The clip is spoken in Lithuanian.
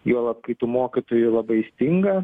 juolab kai tų mokytojų labai stinga